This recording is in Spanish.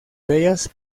bellas